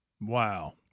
Wow